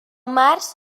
març